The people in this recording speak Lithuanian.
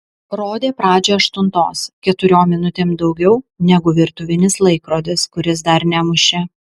rodė pradžią aštuntos keturiom minutėm daugiau negu virtuvinis laikrodis kuris dar nemušė